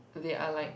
they are like